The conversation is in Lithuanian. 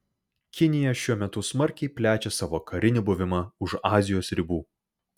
kinija šiuo metu smarkiai plečia savo karinį buvimą už azijos ribų